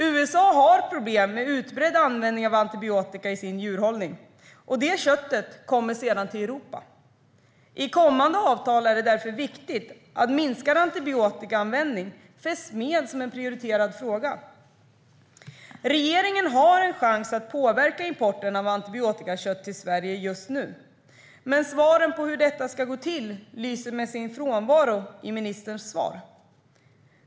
USA har problem med utbredd användning av antibiotika i sin djurhållning, och det köttet kommer sedan till Europa. I kommande avtal är det därför viktigt att minskad antibiotikaanvändning finns med som en prioriterad fråga. Regeringen har en chans att påverka importen av antibiotikakött till Sverige just nu, men hur detta ska gå till lyser med sin frånvaro i ministerns svar.